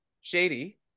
Shady